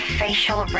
facial